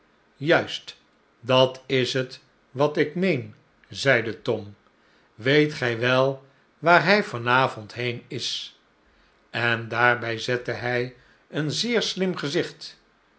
juist dat is het wat ikmeen zeide tom weet gij wel waar hij van avond heen is en daarbij zette hij een zeer slim gezicht